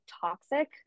toxic